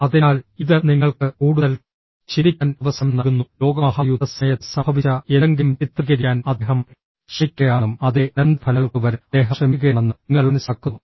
അതിനാൽ ഇത് നിങ്ങൾക്ക് കൂടുതൽ ചിന്തിക്കാൻ അവസരം നൽകുന്നു ലോകമഹായുദ്ധസമയത്ത് സംഭവിച്ച എന്തെങ്കിലും ചിത്രീകരിക്കാൻ അദ്ദേഹം ശ്രമിക്കുകയാണെന്നും അതിന്റെ അനന്തരഫലങ്ങൾ കൊണ്ടുവരാൻ അദ്ദേഹം ശ്രമിക്കുകയാണെന്നും നിങ്ങൾ മനസ്സിലാക്കുന്നു